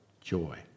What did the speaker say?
joy